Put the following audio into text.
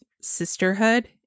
sisterhood